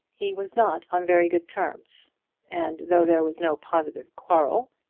he was not on very good terms and though there was no positive quarrel,